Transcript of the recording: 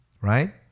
Right